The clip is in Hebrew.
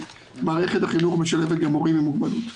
מערכת החינוך משלבת גם מורים עם מוגבלות.